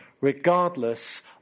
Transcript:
regardless